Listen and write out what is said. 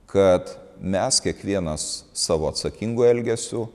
kad mes kiekvienas savo atsakingu elgesiu